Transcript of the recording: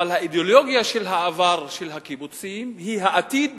אבל האידיאולוגיה של העבר של הקיבוצים היא העתיד